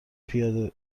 پیاده